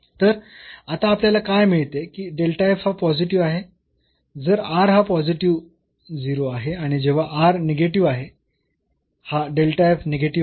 तर आता आपल्याला काय मिळते की हा पॉझिटिव्ह आहे जर r हा पॉझिटिव्ह 0 आहे आणि जेव्हा r निगेटिव्ह आहे हा निगेटिव्ह आहे